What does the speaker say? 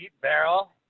barrel